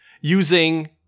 using